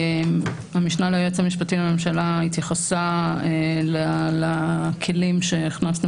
המשנה ליועץ המשפטי לממשלה התייחסה לכלים שהכנסנו